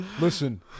listen